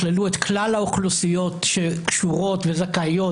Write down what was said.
ויכללו את כלל האוכלוסיות שקשורות וזכאיות